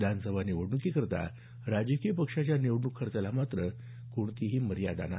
विधानसभा निवडण्कीकरता राजकीय पक्षाच्या निवडण्क खर्चाला मात्र कोणतीही मर्यादा नाही